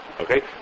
Okay